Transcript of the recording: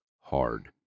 hard